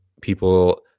people